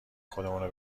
خودمونه